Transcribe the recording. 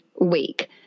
week